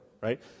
right